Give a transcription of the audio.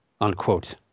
unquote